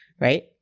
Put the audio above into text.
right